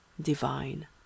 divine